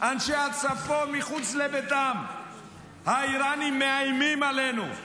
אנשי הצפון מחוץ לביתם, האיראנים מאיימים עלינו,